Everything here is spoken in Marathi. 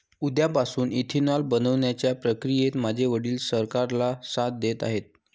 उसापासून इथेनॉल बनवण्याच्या प्रक्रियेत माझे वडील सरकारला साथ देत आहेत